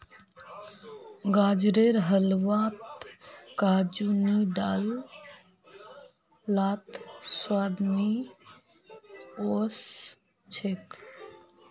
गाजरेर हलवात काजू नी डाल लात स्वाद नइ ओस छेक